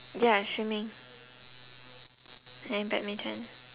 ya swimming and badminton